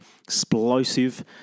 explosive